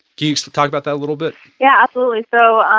you just talk about that a little bit? yeah absolutely. so um